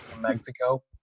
Mexico